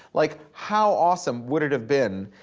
like, how awesome would it have been,